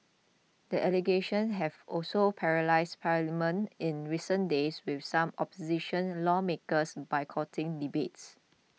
the allegations have also paralysed parliament in recent days with some opposition lawmakers boycotting debates